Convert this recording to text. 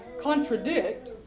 contradict